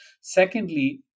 Secondly